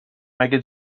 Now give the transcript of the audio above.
مگه